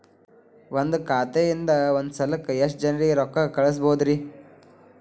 ಒಂದ್ ಖಾತೆಯಿಂದ, ಒಂದ್ ಸಲಕ್ಕ ಎಷ್ಟ ಜನರಿಗೆ ರೊಕ್ಕ ಕಳಸಬಹುದ್ರಿ?